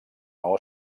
nou